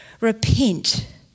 Repent